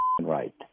right